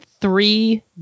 three